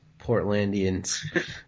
Portlandians